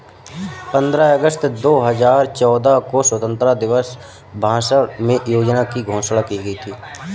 पन्द्रह अगस्त दो हजार चौदह को स्वतंत्रता दिवस भाषण में योजना की घोषणा की गयी थी